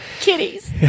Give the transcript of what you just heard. Kitties